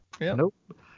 Nope